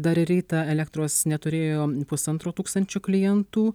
dar ir rytą elektros neturėjo pusantro tūkstančio klientų